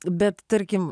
bet tarkim